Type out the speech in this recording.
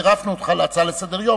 צירפנו אותך להצעה לסדר-היום,